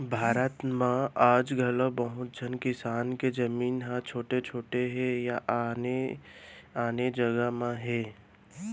भारत म आज घलौ बहुत झन किसान के जमीन ह छोट छोट हे या आने आने जघा म हे